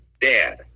dad